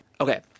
okay